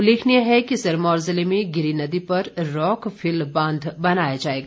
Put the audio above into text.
उल्लेखनीय है कि सिरमौर जिले में गिरी नदी पर रॉक फिल बांध बनाया जाएगा